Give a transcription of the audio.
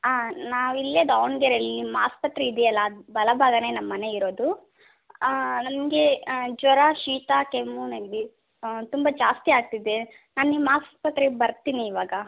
ಹಾಂ ನಾವು ಇಲ್ಲೆ ದಾವಣಗೆರೆಯಲ್ಲಿ ನಿಮ್ಮ ಆಸ್ಪತ್ರೆ ಇದೆಯಲ್ಲ ಅದು ಬಲ ಭಾಗನೇ ನಮ್ಮನೆ ಇರೋದು ನನಗೆ ಜ್ವರ ಶೀತ ಕೆಮ್ಮು ನೆಗಡಿ ತುಂಬ ಜಾಸ್ತಿ ಆಗ್ತಿದೆ ನಾನು ನಿಮ್ಮ ಆಸ್ಪತ್ರೆಗೆ ಬರ್ತೀನಿ ಇವಾಗ